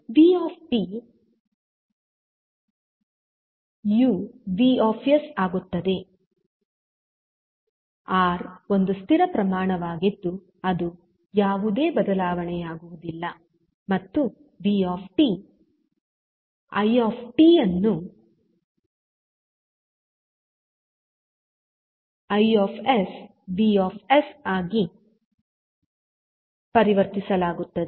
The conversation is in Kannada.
ಆದ್ದರಿಂದ ವಿಟಿ 𝑣 ಯು ವಿಎಸ್ 𝑉 ಆಗುತ್ತದೆ ಆರ್ ಒಂದು ಸ್ಥಿರ ಪ್ರಮಾಣವಾಗಿದ್ದು ಅದು ಯಾವುದೇ ಬದಲಾವಣೆಯಾಗುವುದಿಲ್ಲ ಮತ್ತು ಐಟಿ 𝑖𝑡 ಅನ್ನು ಐಎಸ್ 𝑉𝑠 ಆಗಿ ಪರಿವರ್ತಿಸಲಾಗುತ್ತದೆ